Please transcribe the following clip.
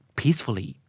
peacefully